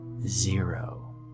zero